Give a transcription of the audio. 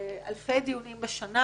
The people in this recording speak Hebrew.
לאלפי דיונים בשנה,